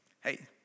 Hey